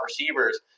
receivers